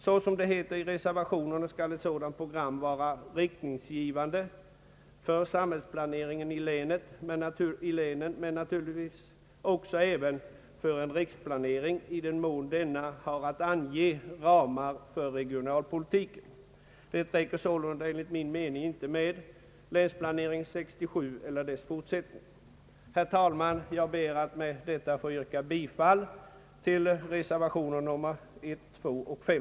Såsom det heter i reservationen skall ett sådant program vara riktningsgivande för samhällsplaneringen i länet men naturligtvis även för en riksplanering, i den mån denna har att ange ramar för regionalpolitiken. Det räcker sålunda inte med länsplanering 1967 eller dess fortsättning. Herr talman! Jag ber att med det anförda få yrka bifall till reservationerna 1, 2 och 5;